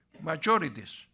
majorities